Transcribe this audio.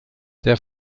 der